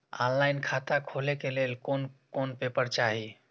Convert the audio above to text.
Online खाता खोले के लेल कोन कोन पेपर चाही?